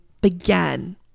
began